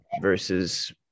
versus